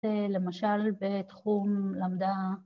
‫אהה.. למשל בתחום למדה.